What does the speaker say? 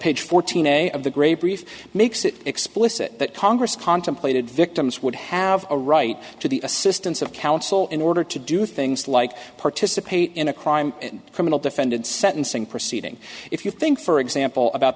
page fourteen a of the gray brief makes it explicit that congress contemplated victims would have a right to the assistance of counsel in order to do things like participate in a crime and criminal defendant sentencing proceeding if you think for example about